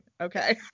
Okay